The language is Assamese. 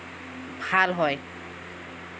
ভাল হয়